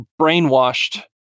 brainwashed